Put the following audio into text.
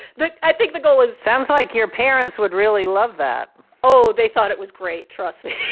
but i think the goal is. sounds like your parents would really love that oh, they thought it was great. trust me.